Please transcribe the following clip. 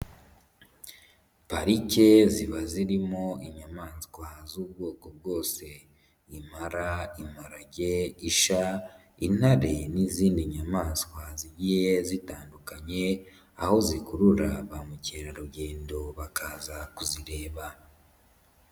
Parike ziba zirimo inyamaswa z'ubwoko bwose, Impala, imparage, isha, intare n'izindi nyamaswa zigiye zitandukanye, aho zikurura ba mukerarugendo bakaza kuzireba.